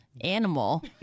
animal